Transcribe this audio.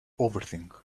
overthink